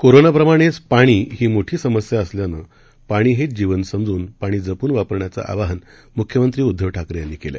corona प्रमाणेच पाणी ही मोठी समस्या असल्यानं पाणी हेच जीवन समजून पाणी जपून वापरण्याचं आवाहन मुख्यमंत्री उद्धव ठाकरे यांनी केलं